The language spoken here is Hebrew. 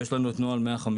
ויש לנו את נוהל 151